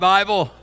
Bible